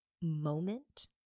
moment